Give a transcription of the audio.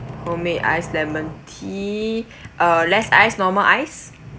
homemade ice lemon tea err less ice normal ice